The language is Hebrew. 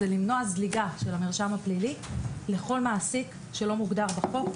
היא למנוע זליגה של המרשם הפלילי לכל מעסיק שלא מוגדר בחוק.